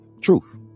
truth